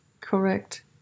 Correct